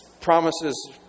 promises